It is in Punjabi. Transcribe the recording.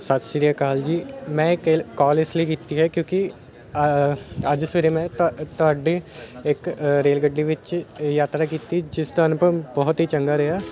ਸਤਿ ਸ਼੍ਰੀ ਅਕਾਲ ਜੀ ਮੈਂ ਕੇਲ ਕੋਲ ਇਸ ਲਈ ਕੀਤੀ ਹੈ ਕਿਉਂਕਿ ਅੱਜ ਸਵੇਰੇ ਮੈਂ ਤੁ ਤੁਹਾਡੇ ਇੱਕ ਰੇਲ ਗੱਡੀ ਵਿੱਚ ਯਾਤਰਾ ਕੀਤੀ ਜਿਸ ਦਾ ਅਨੁਭਵ ਬਹੁਤ ਹੀ ਚੰਗਾ ਰਿਹਾ